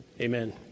Amen